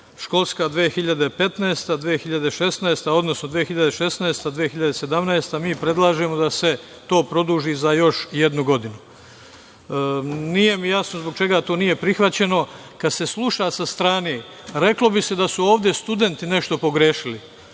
odnosno 2016/2017. godina. Mi predlažemo da se to produži za još jednu godinu. Nije mi jasno zbog čega to nije prihvaćeno. Kada se sluša sa strane, reklo bi se da su ovde studenti nešto pogrešili,